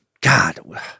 God